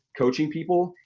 coaching people,